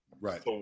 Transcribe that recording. Right